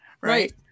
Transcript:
right